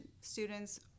students